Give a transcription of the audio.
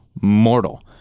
mortal